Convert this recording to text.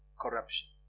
corruption